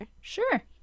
Sure